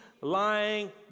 lying